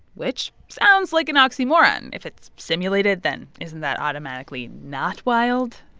which sounds like an oxymoron. if it's simulated, then isn't that automatically not wild?